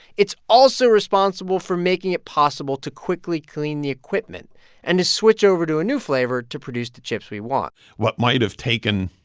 it's also responsible for making it possible to quickly clean the equipment and to switch over to a new flavor to produce the chips we want what might have taken,